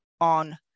on